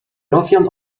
rosjan